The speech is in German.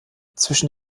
zwischen